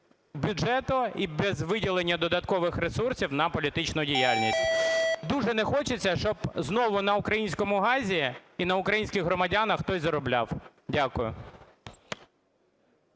бюджету і без виділення додаткових ресурсів на політичну діяльність. Дуже не хочеться, щоб знову на українському газі і на українських громадянах хтось заробляв. Дякую.